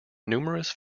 numerous